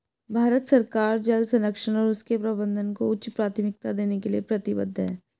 भारत सरकार जल संरक्षण और उसके प्रबंधन को उच्च प्राथमिकता देने के लिए प्रतिबद्ध है